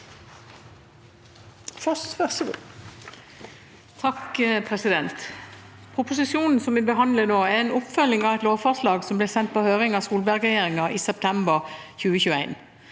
for saken): Proposisjonen vi behandler nå, er en oppfølging av et lovforslag som ble sendt på høring av Solberg-regjeringen i september 2021.